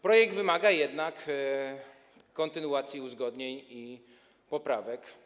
Projekt wymaga jednak kontynuacji, uzgodnień i poprawek.